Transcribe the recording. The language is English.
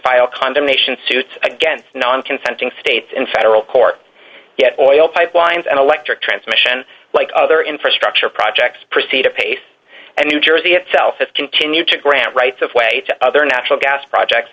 file condemnation suits against non consenting states in federal court yet oil pipelines and electric transmission like other infrastructure projects proceed apace and new jersey itself has continued to grant rights of way to other natural gas projects